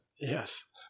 Yes